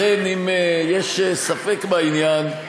לכן, אם יש ספק בעניין,